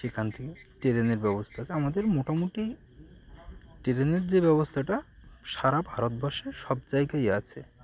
সেখান থেকে ট্রেনের ব্যবস্থা আছে আমাদের মোটামুটি ট্রেনের যে ব্যবস্থাটা সারা ভারতবর্ষে সব জায়গায় আছে